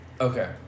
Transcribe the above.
Okay